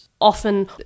often